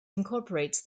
incorporates